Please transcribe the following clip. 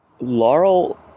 Laurel